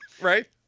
Right